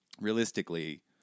realistically